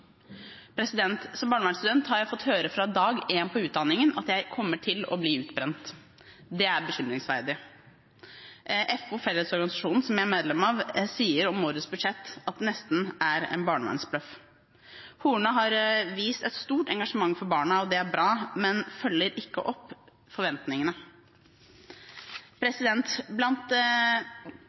Som barnevernsstudent har jeg fått høre fra dag én på utdanningen at jeg kommer til å bli utbrent. Det er bekymringsfullt. FO, Fellesorganisasjonen, som jeg er medlem av, sier om årets budsjett at det nesten er en barnevernsbløff. Horne har vist et stort engasjement for barna, og det er bra, men følger ikke opp forventningene. Blant